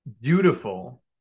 beautiful